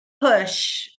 Push